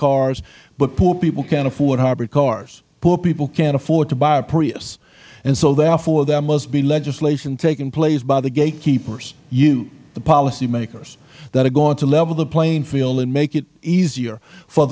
cars but poor people can't afford hybrid cars poor people can't afford to buy a prius and so therefore there must be legislation taking place by the gatekeepers you the policymakers that are going to level the playing field and make it easier for